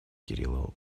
кириллову